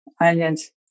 onions